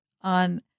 on